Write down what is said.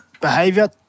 behaviour